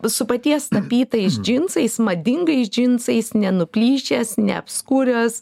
su paties tapytais džinsais madingais džinsais nenuplyšęs neapskuręs